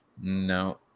No